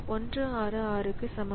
166